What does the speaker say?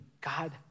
God